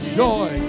joy